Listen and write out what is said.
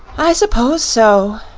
i s'pose so,